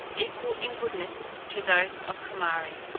equal in goodness to those of comari.